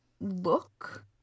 look